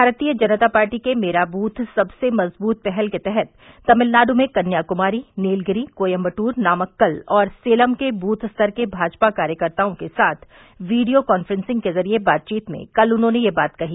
भारतीय जनता पार्टी के मेरा बूथ सबसे मजबूत पहल के तहत तमिलनाडु में कन्याकुमारी नीलगिरि कोयम्बटूर नामक्कल और सेलम के बूथ स्तर के भाजपा कार्यकर्ताओं के साथ वीडियो कॉन्फ्रेंसिंग के जरिए बातचीत में कल उन्होंने यह बात कही